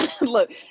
Look